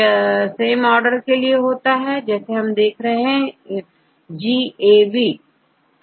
यह same order के लिए हो सकता है हमGAV देख रहे हैं